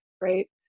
right